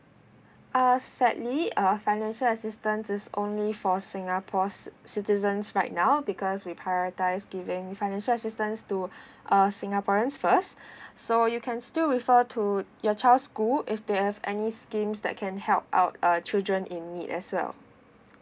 uh sadly uh financial assistance is only for singapore's ci~ citizens right now because we prioritize giving financial assistance to uh singaporeans first so you can still refer to your child school if they have any schemes that can help out uh children in need as well